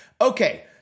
Okay